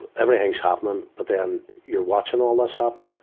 everything's happening, but then you're watching all this happening.